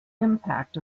impact